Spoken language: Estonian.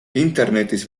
internetis